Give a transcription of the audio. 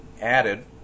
added